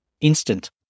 instant